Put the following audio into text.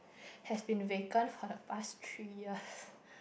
has been vacant for the past three years